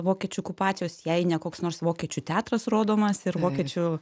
vokiečių okupacijos jei ne koks nors vokiečių teatras rodomas ir vokiečių